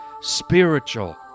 spiritual